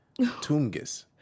Tungus